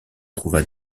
trouva